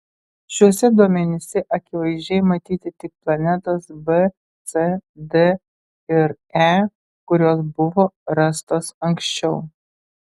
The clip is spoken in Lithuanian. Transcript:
šiuose duomenyse akivaizdžiai matyti tik planetos b c d ir e kurios buvo rastos anksčiau